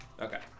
Okay